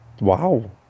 Wow